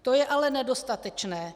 To je ale nedostatečné.